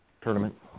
tournament